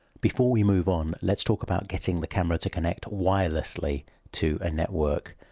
before we move on, let's talk about getting the camera to connect wirelessly to a network.